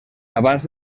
abans